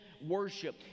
worship